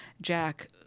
jack